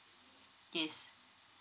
yes